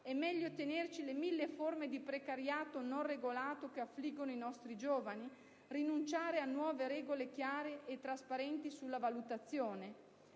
È meglio tenerci le mille forme di precariato non regolato che affliggono i nostri giovani? Rinunciare a nuove regole chiare e trasparenti sulla valutazione?